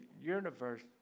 universe